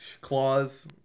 claws